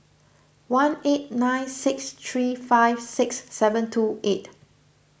one eight nine six three five six seven two eight